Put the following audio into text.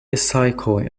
cycle